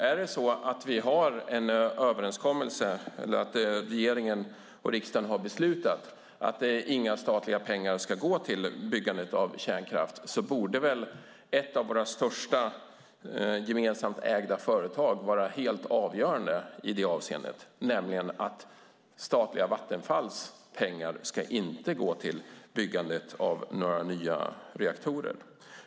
Är det så att vi har en överenskommelse eller att regeringen och riksdagen har beslutat att inga statliga pengar ska gå till byggande av kärnkraft borde väl det vara helt avgörande för ett av våra största gemensamt ägda företag i det avseendet, nämligen att statliga Vattenfalls pengar inte ska gå till byggandet av några nya reaktorer.